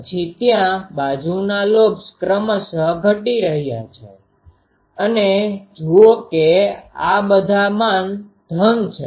પછી ત્યાં બાજુના લોબ્સ ક્રમશ ઘટી રહ્યા છે અને જુઓ કે આ બધા માન ધન છે